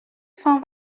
fan